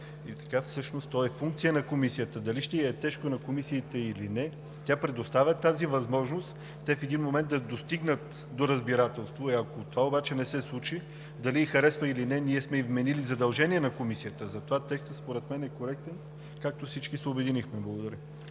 и така всъщност то е функция на Комисията, а дали ще й е тежко на Комисията, или не, тя предоставя тази възможност – те в един момент да стигнат до разбирателство. Ако това обаче не се случи – дали й харесва, или не, ние сме вменили задължения на Комисията. Затова според мен текстът е коректен, както всички се обединихме. Благодаря.